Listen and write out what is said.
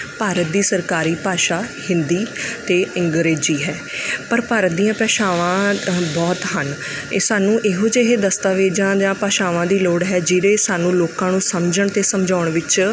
ਭਾਰਤ ਦੀ ਸਰਕਾਰੀ ਭਾਸ਼ਾ ਹਿੰਦੀ ਅਤੇ ਅੰਗਰੇਜ਼ੀ ਹੈ ਪਰ ਭਾਰਤ ਦੀਆਂ ਭਾਸ਼ਾਵਾਂ ਹ ਬਹੁਤ ਹਨ ਇਹ ਸਾਨੂੰ ਇਹੋ ਜਿਹੇ ਦਸਤਾਵੇਜ਼ਾਂ ਜਾਂ ਭਾਸ਼ਾਵਾਂ ਦੀ ਲੋੜ ਹੈ ਜਿਹੜੇ ਸਾਨੂੰ ਲੋਕਾਂ ਨੂੰ ਸਮਝਣ ਅਤੇ ਸਮਝਾਉਣ ਵਿੱਚ